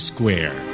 Square